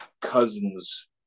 cousins